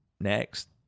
next